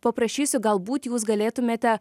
paprašysiu galbūt jūs galėtumėte